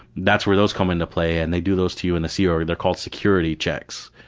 that's where those come into play, and they do those to you in the sea org, they're called security checks.